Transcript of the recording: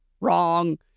Wrong